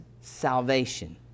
salvation